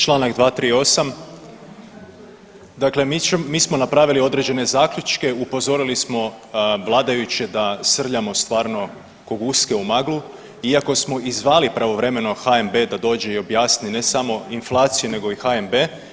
Članak 238., dakle mi smo napravili određene zaključke, upozorili smo vladajuće da srljamo stvarno ko guske u maglu iako smo i zvali pravovremeno HNB da dođe i objasni ne samo inflaciju nego i HNB.